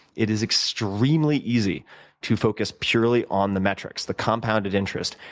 it is extremely easy to focus purely on the metrics, the compounded interest,